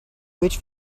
which